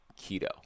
keto